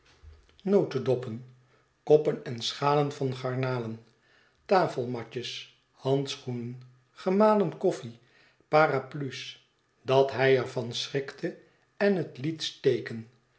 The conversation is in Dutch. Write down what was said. koppen en schalen van garnalen tafelmatjes handschoenen gemalen koffie paraplu's dat hij er van schrikte en het liet steken